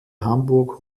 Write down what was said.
hamburg